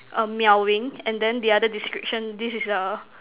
err meowing and then the other description this is a